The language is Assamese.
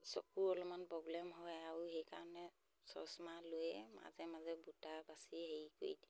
চকুৰ অলমান প্ৰব্লেম হয় আৰু সেইকাৰণে চচমা লৈয়ে মাজে মাজে বুটা বাচি হেৰি কৰি দিয়ে